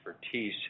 expertise